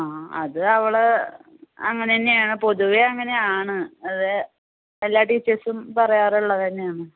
ആ അത് അവൾ അങ്ങനെന്നെ ആണ് പൊതുവെ അങ്ങനെയാണ് അത് എല്ലാ ടീച്ചേഴ്സും പറയാറുള്ളതന്നെയാന്ന്